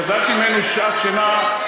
גזלתי ממנו שעת שינה,